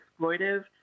exploitive